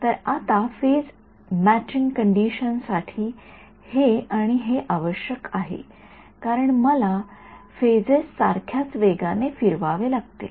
तर आता phase matching condition साठी हे आणि हे आवश्यक आहे कारण मला फेजेस सारख्याच वेगाने फिरवावे लागतील